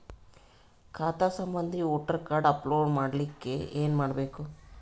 ಖಾತಾ ಸಂಬಂಧಿ voter card upload ಮಾಡಲಿಕ್ಕೆ ಏನ ಮಾಡಬೇಕು?